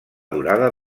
durada